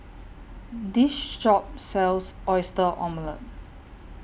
This Shop sells Oyster Omelette